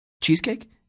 Cheesecake